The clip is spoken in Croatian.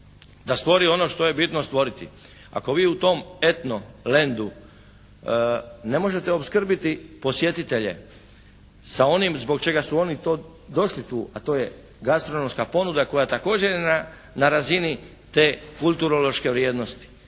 da stvori ono što je bitno stvoriti. Ako vi u tom etno lendu ne možete opskrbiti posjetitelje sa onim zbog čega su oni došli tu, a to je gastronomska ponuda koja također je na razini te kulturološke vrijednosti.